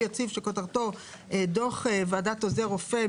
יציב שכותרתו "דוח ועדת עוזר רופא",